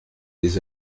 des